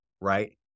right